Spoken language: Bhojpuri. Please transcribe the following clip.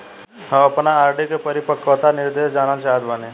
हम आपन आर.डी के परिपक्वता निर्देश जानल चाहत बानी